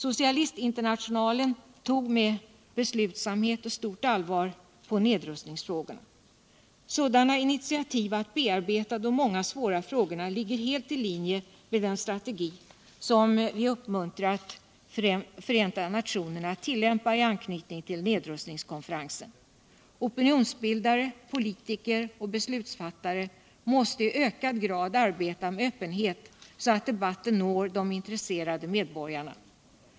Socialistinternationalen behandlade nedrustningsfrågorna med beslutsamhet och stort allvar. Sådana initiativ när det gäller att bearbeta de många svåra frågorna ligger helt i linje med den strategi som vi har uppmuntrat Förenta staterna att ullämpa i anknytning till nedrustningskonferensen. Opinionsbildare, politiker och beslutsfattare måste i ökad grad arbeta med öppenhet så att debatten når de intresserade medborgarna.